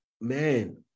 man